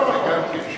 נכון.